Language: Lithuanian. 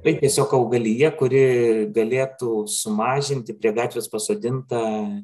tai tiesiog augalija kuri galėtų sumažinti prie gatvės pasodinta